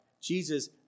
Jesus